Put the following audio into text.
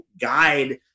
guide